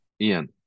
Ian